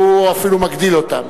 והוא אפילו מגדיל אותן.